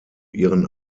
ihren